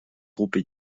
groupes